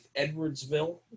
Edwardsville